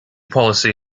policy